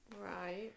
Right